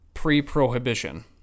pre-prohibition